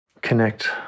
connect